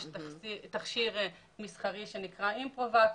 יש תכשיר מסחרי שנקרא אימפרוואק,